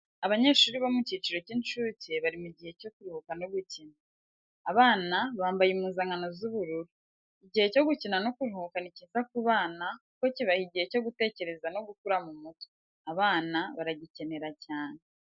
Abanyeshuri bo mu cyiciro cy'incuke bari mu gihe cyo kuruhuka no gukina. Abana bambaye impuzankano z'ubururu. Igihe cyo gukina no kuruhuka ni cyiza ku bana kuko kibaha igihe cyo gutekereza no gukura mu mutwe, abana baragikenera cyane.